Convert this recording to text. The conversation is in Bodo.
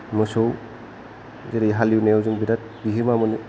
मोसौ जेरै हालेवनायाव जों बिराद बिहोमा मोनो